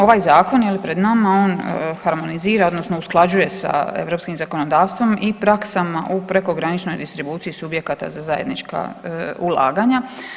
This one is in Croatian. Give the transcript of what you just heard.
Ovaj zakon pred nama on harmonizira odnosno usklađuje sa europskim zakonodavstvo i praksama u prekograničnoj distribuciji subjekata za zajednička ulaganja.